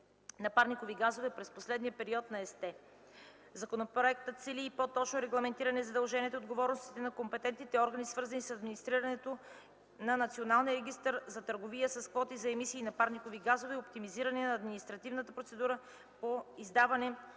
на парникови газове през последния период на ЕСТЕ. Законопроектът цели и по-точно регламентиране на задълженията и отговорностите на компетентните органи, свързани с администрирането на Националния регистър за търговия с квоти за емисии на парникови газове, и оптимизиране на административната процедура по издаване